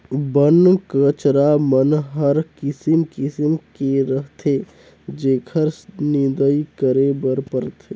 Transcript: बन कचरा मन हर किसिम किसिम के रहथे जेखर निंदई करे बर परथे